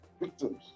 victims